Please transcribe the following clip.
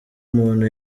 umuntu